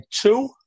two